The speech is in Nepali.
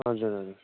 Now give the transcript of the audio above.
हजुर हजुर